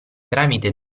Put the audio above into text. tramite